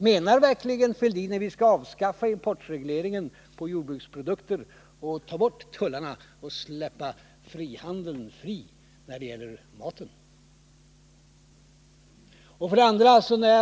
Menar verkligen Thorbjörn Fälldin att vi skall avskaffa importregleringen på jordbruksprodukter, ta bort tullarna och släppa handeln fri när det gäller maten?